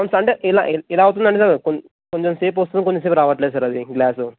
పోనీ సండే ఇలా ఇలా అవుతుందని కొంచెం సేపు వస్తుంది కొంచెంసేపు రావట్లేదు సార్ అదీ గ్లాసూ